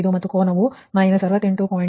85 ಮತ್ತು ಕೋನವು −68